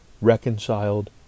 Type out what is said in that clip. reconciled